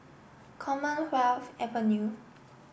Commonwealth Avenue